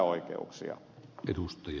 arvoisa puhemies